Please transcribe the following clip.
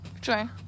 Try